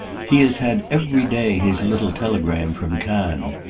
he has had every day his little telegram from cannes.